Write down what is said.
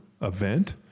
event